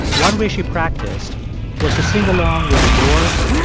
one way she practiced was to sing along with the doors,